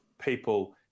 people